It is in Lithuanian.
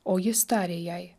o jis tarė jai